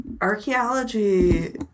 Archaeology